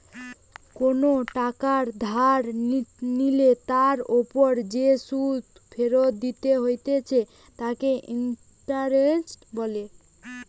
কোনো টাকা ধার নিলে তার ওপর যে সুধ ফেরত দিতে হতিছে তাকে ইন্টারেস্ট বলে